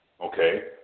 Okay